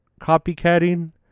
copycatting